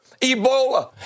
Ebola